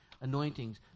anointings